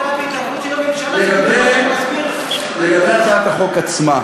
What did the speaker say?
התערבות של הממשלה, לגבי הצעת החוק עצמה: